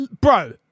bro